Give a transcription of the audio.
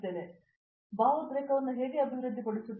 ನೀವು ಭಾವೋದ್ರೇಕವನ್ನು ಹೇಗೆ ಅಭಿವೃದ್ಧಿಪಡಿಸುತ್ತೀರಿ